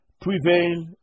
prevail